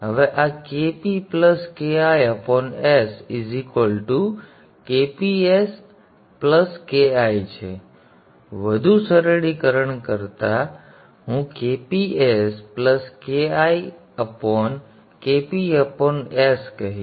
હવે આ Kp Ki s Kp s Ki છે વધુ સરળીકરણ કરતા હું Kp s Ki Kp s કહીશ